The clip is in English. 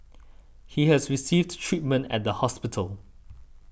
he has received treatment at the hospital